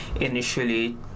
initially